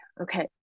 okay